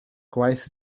gwaith